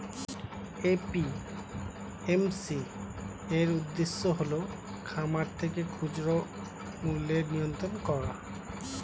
APMC এর উদ্দেশ্য হল খামার থেকে খুচরা মূল্যের নিয়ন্ত্রণ করা